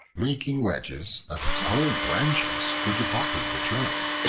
making wedges of its own branches for dividing the trunk.